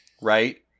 right